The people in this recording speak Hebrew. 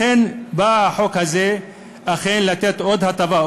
לכן בא החוק הזה לתת עוד הטבה,